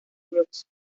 brooks